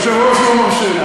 היושב-ראש לא מרשה לי.